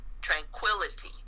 tranquility